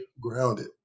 grounded